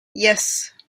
yes